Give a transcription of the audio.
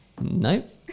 Nope